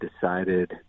decided